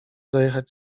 dojechać